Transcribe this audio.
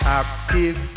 active